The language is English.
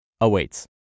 awaits